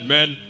Men